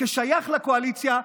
כשייך לקואליציה,